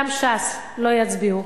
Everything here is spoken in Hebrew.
גם ש"ס לא יצביעו.